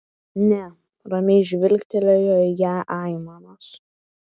ne ramiai žvilgtelėjo į ją aimanas